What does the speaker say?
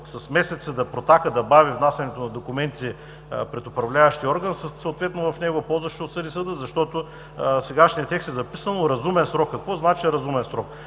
с месеци да протака, да бави внасянето на документи пред управляващия орган съответно в негова полза ще отсъди съдът, защото в сегашния текст е записано разумен срок. Какво значи разумен срок?